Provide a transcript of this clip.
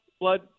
blood